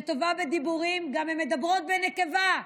שטובה בדיבורים, הן גם מדברות בנקבה,